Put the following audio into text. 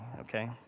Okay